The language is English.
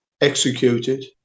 executed